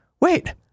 wait